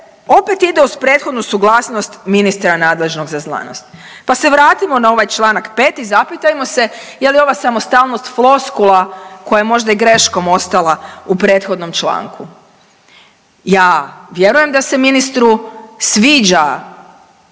opet ide uz prethodnu suglasnost ministra nadležnog za znanost. Pa se vratimo na ovaj Članak 5. i zapitajmo se je li ova samostalnost floskula koja je možda i greškom ostala u prethodnom članku. Ja vjerujem da se ministru sviđa